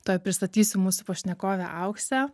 tuoj pristatysiu mūsų pašnekovę auksę